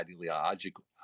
ideological